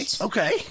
okay